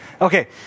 Okay